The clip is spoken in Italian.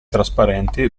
trasparenti